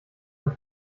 ein